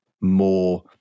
more